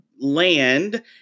land